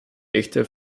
echte